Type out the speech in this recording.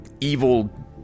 evil